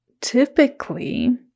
typically